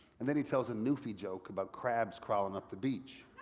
and then he tells a newfie joke about crabs crawling up the beach.